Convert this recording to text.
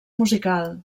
musical